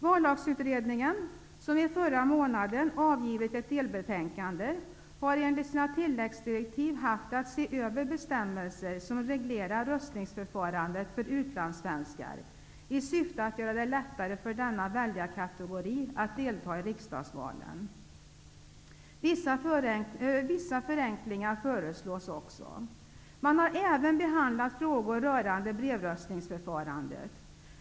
Vallagsutredningen, som i förra månaden avgav ett delbetänkande, har enligt sina tilläggsdirektiv haft att se över bestämmelser som reglerar röstningsförfarandet för utlandssvenskar i syfte att göra det lättare för denna väljarkategori att delta i riksdagsvalen. Vissa förenklingar föreslås. Man har även behandlat frågor rörande brevröstningsförfarandet.